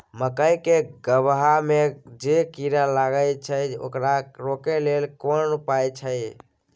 मकई के गबहा में जे कीरा लागय छै ओकरा रोके लेल कोन उपाय होय है?